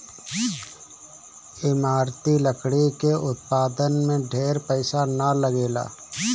इमारती लकड़ी के उत्पादन में ढेर पईसा ना लगेला